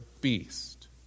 beast